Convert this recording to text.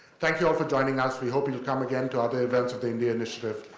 thank you all for joining us. we hope you'll come again to other events of the indian initiative.